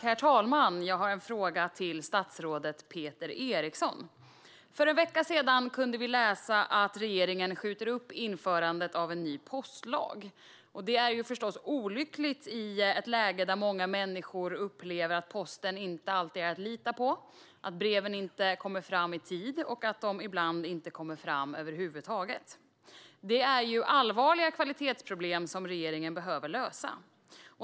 Herr talman! Jag har en fråga till statsrådet Peter Eriksson. För en vecka sedan kunde vi läsa att regeringen skjuter upp införandet av en ny postlag. Det är förstås olyckligt i ett läge då många människor upplever att posten inte alltid är att lita på, att breven inte kommer fram i tid och att breven ibland inte kommer fram över huvud taget. Regeringen behöver lösa allvarliga kvalitetsproblem.